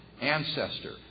ancestor